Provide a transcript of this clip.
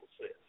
says